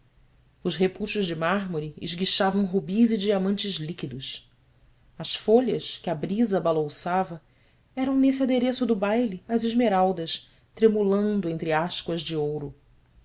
os repuxos de mármore esguichavam rubis e diamantes líquidos as folhas que a brisa balouçava eram nesse adereço do baile as esmeraldas tremulando entre áscuas de ouro